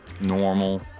normal